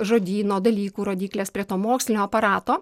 žodyno dalykų rodyklės prie to mokslinio aparato